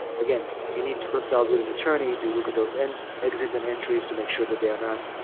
again, you need to consult with an attorney to look at those and exits and entries to make sure that they are not